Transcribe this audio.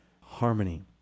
harmony